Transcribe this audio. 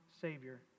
Savior